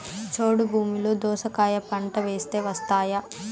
చౌడు భూమిలో దోస కాయ పంట వేస్తే వస్తాయా?